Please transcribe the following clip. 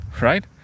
Right